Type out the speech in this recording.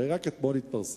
הרי רק אתמול התפרסם